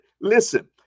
listen